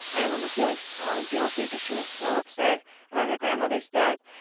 i remember feeling so guilty because she was so upset about her grandmother's death,